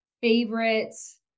favorites